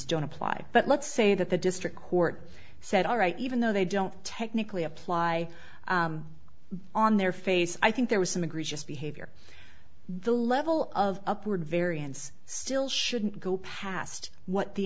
don't apply but let's say that the district court said all right even though they don't technically apply on their face i think there was some egregious behavior the level of upward variance still shouldn't go past what the